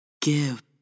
Give